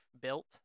built